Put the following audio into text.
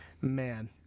man